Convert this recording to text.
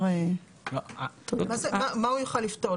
מה הוא יוכל לפטור?